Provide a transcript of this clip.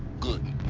good.